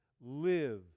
Live